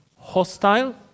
hostile